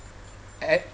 eh